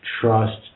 trust